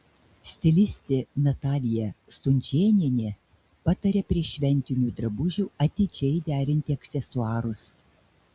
stilistė natalija stunžėnienė pataria prie šventinių drabužių atidžiai derinti aksesuarus